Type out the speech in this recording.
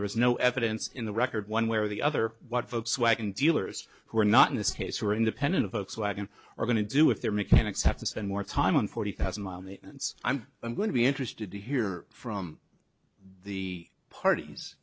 there is no evidence in the record one way or the other what folks wagon dealers who are not in this case who are independent of folks wagon are going to do if their mechanics have to spend more time on forty thousand and i'm i'm going to be interested to hear from the parties